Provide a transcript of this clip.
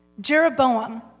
Jeroboam